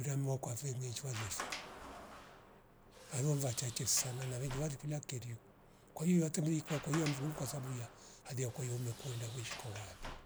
Firamwa kwa fenye chuwa lefa valu vachache sana na venji varikula kerio kwahiyu hata mbeli kwakwa hiyu anavum kwasabu ya hali yakweyo umekuwenda wishko vali